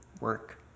work